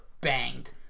banged